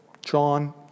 John